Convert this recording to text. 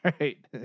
Right